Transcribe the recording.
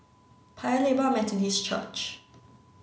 Paya Lebar Methodist Church